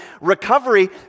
recovery